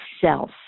self